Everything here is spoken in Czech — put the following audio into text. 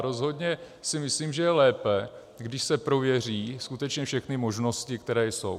A rozhodně si myslím, že je lépe, když se prověří skutečně všechny možnosti, které jsou.